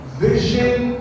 vision